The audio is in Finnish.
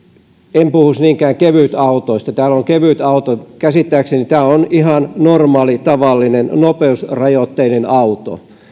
en puhuisi niinkään kevytautoista täällä on mainittu kevytauto käsittääkseni tämä on ihan normaali tavallinen nopeusrajoitteinen auto